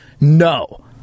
No